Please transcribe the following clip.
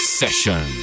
session